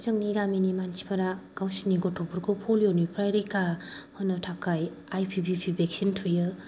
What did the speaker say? जोंनि गामिनि मानसिफोरा गावसोरनि गथ'फोरखौ पलिअ' निफ्राय रैखा होनो थाखाय आइपिभिपि भेकसिन थुयो